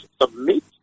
submit